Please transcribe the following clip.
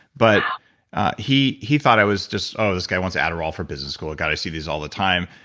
but he he thought i was just oh, this guy wants adderall for business school. god, i see these all the time.